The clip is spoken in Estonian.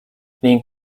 ning